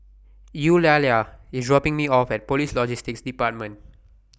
Eulalia IS dropping Me off At Police Logistics department